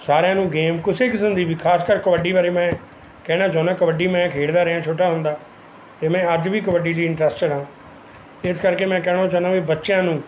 ਸਾਰਿਆਂ ਨੂੰ ਗੇਮ ਕਿਸੇ ਕਿਸਮ ਦੀ ਵੀ ਖ਼ਾਸਕਰ ਕਬੱਡੀ ਬਾਰੇ ਮੈਂ ਕਹਿਣਾ ਚਾਹੁੰਦਾ ਕਬੱਡੀ ਮੈਂ ਖੇਡਦਾ ਰਿਹਾ ਛੋਟਾ ਹੁੰਦਾ ਤੇ ਮੈਂ ਅੱਜ ਵੀ ਕਬੱਡੀ ਚ ਹੀ ਇੰਟਰਸਟਿਡ ਆ ਇਸ ਕਰਕੇ ਮੈਂ ਕਹਿਣਾ ਚਾਹੁੰਦਾ ਵੀ ਬੱਚਿਆਂ ਨੂੰ